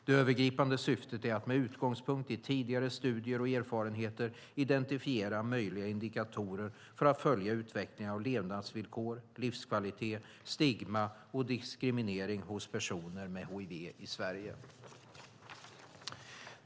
Det övergripande syftet är att med utgångspunkt i tidigare studier och erfarenheter identifiera möjliga indikatorer för att följa utvecklingen av levnadsvillkor, livskvalitet, stigma och diskriminering hos personer med hiv i Sverige.